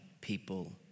people